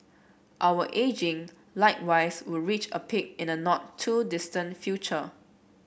our ageing likewise will reach a peak in a not too distant future